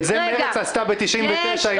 את זה מרצ עשתה ב-99 עם נשים חרדיות.